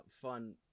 fun